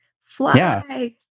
Fly